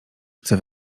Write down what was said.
chcę